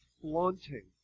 flaunting